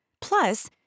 plus